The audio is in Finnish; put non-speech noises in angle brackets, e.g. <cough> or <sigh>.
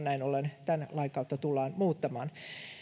<unintelligible> näin ollen tämän lain kautta säännöksiä tullaan muuttamaan